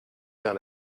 vers